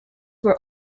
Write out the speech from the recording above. were